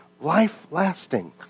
life-lasting